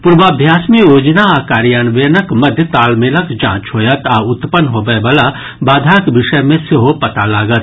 पूर्वाभ्यास मे योजना आ कार्यान्वयनक मध्य तालमेलक जांच होयत आ उत्पन्न होबयवला बाधाक विषय मे सेहो पता लागत